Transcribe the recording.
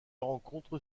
rencontre